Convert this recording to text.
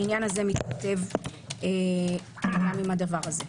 העניין הזה מתכתב גם עם זה.